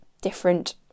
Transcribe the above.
different